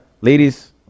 Ladies